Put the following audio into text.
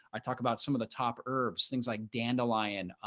i talked about some of the top herbs things like dandelion